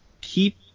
keep